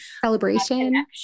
Celebration